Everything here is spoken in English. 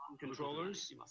controllers